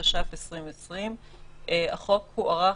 התש"ף 2020 החוק האורך